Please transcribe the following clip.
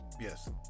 Yes